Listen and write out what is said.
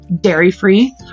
dairy-free